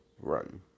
run